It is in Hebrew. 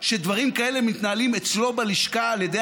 שדברים כאלה מתנהלים אצלו בלשכה על ידי